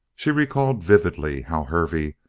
she recalled vividly how hervey,